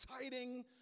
exciting